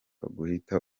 ugahita